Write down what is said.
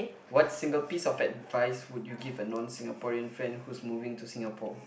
what single piece of advice would you give a non Singaporean friend who's moving to Singapore